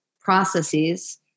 processes